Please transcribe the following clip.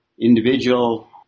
Individual